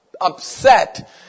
upset